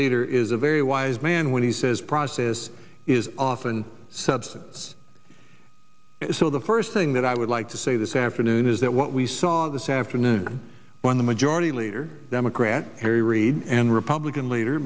leader is a very wise man when he says process is often substance so the first thing that i would like to say this afternoon is that what we saw this afternoon when the majority leader democrat harry reid and republican leader